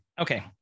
Okay